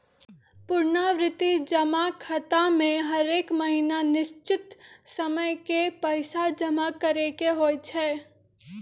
पुरनावृति जमा खता में हरेक महीन्ना निश्चित समय के पइसा जमा करेके होइ छै